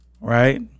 right